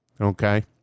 okay